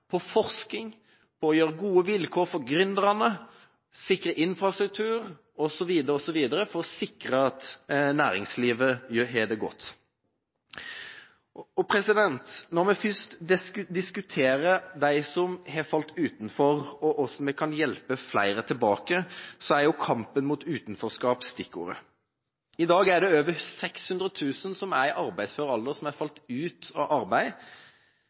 på forskning, på å legge til rette for gode vilkår for gründerne, sikre infrastruktur osv. for å sikre at næringslivet har det godt. Når vi først diskuterer dem som har falt utenfor, og hvordan vi kan hjelpe flere tilbake, er kampen mot utenforskap stikkordet. I dag er det over 600 000 i arbeidsfør alder som er falt ut av arbeid.